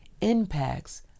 impacts